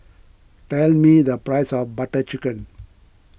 tell me the price of Butter Chicken